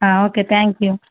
okay thank you